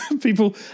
people